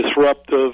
disruptive